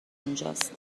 اونجاست